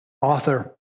author